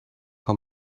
how